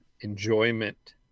enjoyment